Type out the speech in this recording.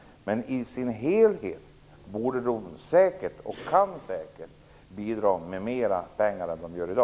Men i sin helhet borde den säkert, och kan säkert, bidra med mer pengar än vad den gör i dag.